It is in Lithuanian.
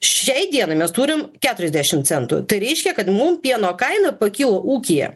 šiai dienai mes turim keturiasdešim centų tai reiškia kad mum pieno kaina pakilo ūkyje